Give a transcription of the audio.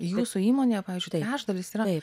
jūsų įmonėje pavyzdžiui trečdalis yra